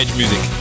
music